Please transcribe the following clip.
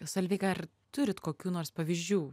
solveiga ar turit kokių nors pavyzdžių